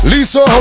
Lisa